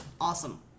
awesome